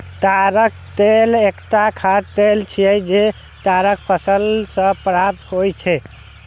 ताड़क तेल एकटा खाद्य तेल छियै, जे ताड़क फल सं प्राप्त होइ छै